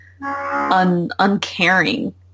Uncaring